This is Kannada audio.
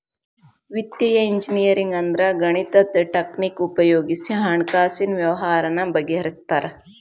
ವಿತ್ತೇಯ ಇಂಜಿನಿಯರಿಂಗ್ ಅಂದ್ರ ಗಣಿತದ್ ಟಕ್ನಿಕ್ ಉಪಯೊಗಿಸಿ ಹಣ್ಕಾಸಿನ್ ವ್ಯವ್ಹಾರಾನ ಬಗಿಹರ್ಸ್ತಾರ